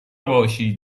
باشید